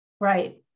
Right